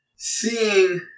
Seeing